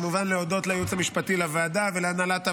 כמובן להודות לייעוץ המשפטי לוועדה ולהנהלת הוועדה,